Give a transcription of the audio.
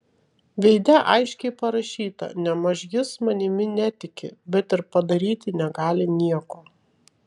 veide aiškiai parašyta nėmaž jis manimi netiki bet ir padaryti negali nieko